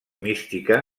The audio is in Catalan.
mística